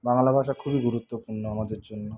বাংলা ভাষা খুবই গুরুত্বপূর্ণ আমাদের জন্য